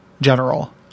general